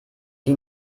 die